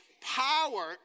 power